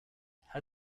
how